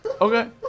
Okay